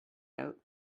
out